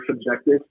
subjective